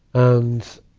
and,